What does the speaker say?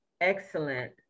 excellent